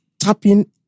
tapping